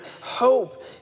hope